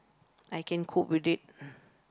I can cope with it